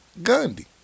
Gundy